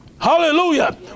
hallelujah